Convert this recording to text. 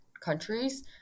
countries